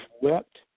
wept